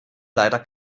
leider